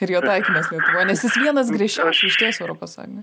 ir jo taikymas lietuvoj nes jis vienas griežčiausių išties europos sąjungoj